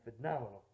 phenomenal